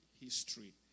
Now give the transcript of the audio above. history